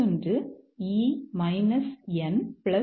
மற்றொன்று E N2